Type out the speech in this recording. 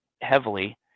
heavily